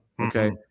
Okay